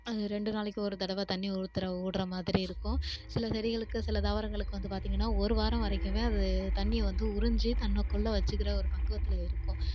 ரெண்டு நாளைக்கு ஒரு தடவை தண்ணி ஊற்றுற விடுற மாதிரி இருக்கும் சில செடிகளுக்கு சில தாவரங்களுக்கு வந்து பார்த்திங்கன்னா ஒரு வாரம் வரைக்குமே அது தண்ணியை வந்து உறிஞ்சி தனக்குள்ளே வச்சுக்கிற ஒரு பக்குவத்தில் இருக்கும்